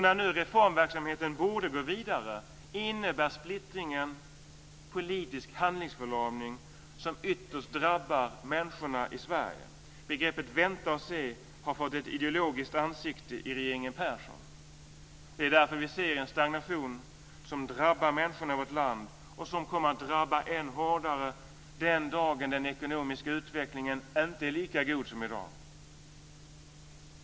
När reformverksamheten borde gå vidare innebär splittringen politisk handlingsförlamning som ytterst drabbar människorna i Sverige. Begreppet vänta och se har fått ett ideologiskt ansikte i regeringen Persson. Det är därför vi ser en stagnation som drabbar människorna i vårt land och som kommer att drabba än hårdare den dagen den ekonomiska utvecklingen inte är lika god som i dag.